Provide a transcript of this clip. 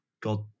god